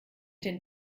den